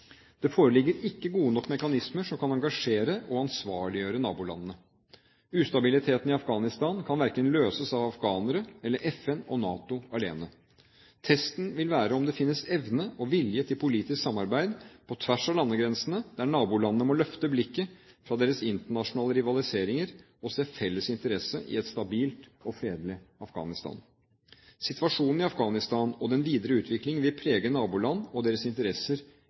Det foreligger ikke gode nok mekanismer som kan engasjere og ansvarliggjøre nabolandene. Ustabiliteten i Afghanistan kan verken løses av afghanerne eller FN og NATO alene. Testen vil være om det finnes evne og vilje til politisk samarbeid på tvers av landegrensene, der nabolandene må løfte blikket fra sine intraregionale rivaliseringer og se felles interesse i et stabilt og fredelig Afghanistan. Situasjonen i Afghanistan og den videre utviklingen vil prege naboland og deres interesser